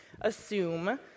assume